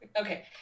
Okay